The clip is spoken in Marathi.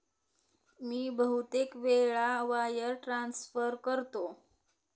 मी बहुतेक वेळा वायर ट्रान्सफर करतो